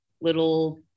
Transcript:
little